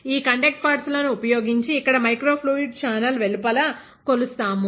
ఈ conduct pads లను ఉపయోగించి ఇక్కడ మైక్రో ఫ్లూయిడ్ ఛానల్ వెలుపల కొలుస్తాము